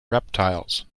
reptiles